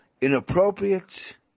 inappropriate